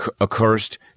accursed